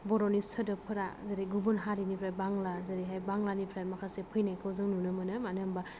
बर'नि सोदोबफोरा जेरै गुबुन हारिनिफ्राय बांला जेरैहाय बांलानिफ्राय माखासे फैनायखौ जों नुनो मोनो मानो होनबा